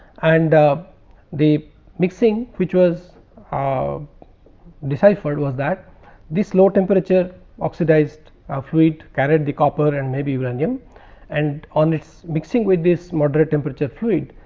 and ah the mixing which was ah deciphered was that this low temperature oxidized ah fluid carried the copper and maybe uranium and on its mixing with this moderate temperature fluid